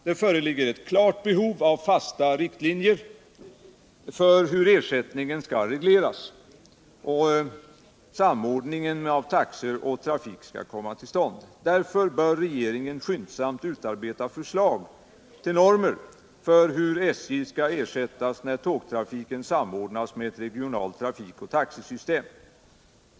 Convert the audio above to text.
Det föreligger ett klart behov av fastare riktlinjer för hur ersättningen skall regleras och hur samordningen av taxor och trafik skall komma till stånd. Därför bör regeringen skyndsamt utarbeta förslag till normer för hur SJ skall ersättas, när tågtrafiken samordnas med ett regionalt trafikoch taxesystem.